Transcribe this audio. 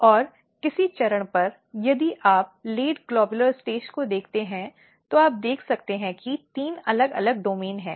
और किसी चरण पर यदि आप लेट ग्लॉब्यलर अवस्था को देखते हैं तो आप देख सकते हैं कि तीन अलग अलग डोमेन हैं